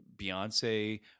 Beyonce